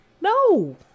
no